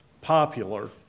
popular